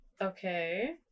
Okay